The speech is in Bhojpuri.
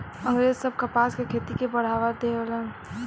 अँग्रेज सब कपास के खेती के बढ़ावा देहलन सन